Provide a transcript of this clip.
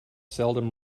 seldom